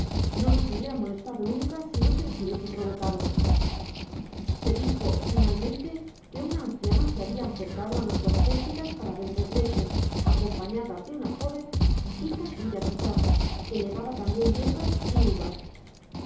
no nos hubieran molestado nunca si no se les hubiese provocado se dijo finalmente que una anciana se habia acercado á nuestras pértigas para vender leche acompañada de una jó ven bija suya quizás que llevaba tambien yerbas y uvas